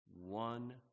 One